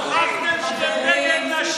לא, לא.